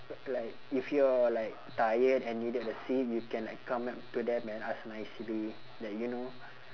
like if you're like tired and needed a seat you can like come up to them and ask nicely that you know